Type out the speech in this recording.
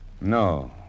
No